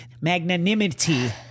magnanimity